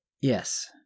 Yes